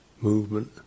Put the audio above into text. movement